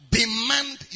demand